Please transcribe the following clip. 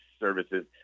services